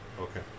Okay